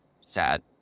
Sad